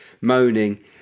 moaning